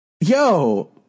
Yo